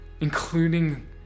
Including